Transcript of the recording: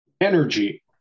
energy